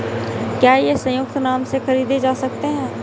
क्या ये संयुक्त नाम से खरीदे जा सकते हैं?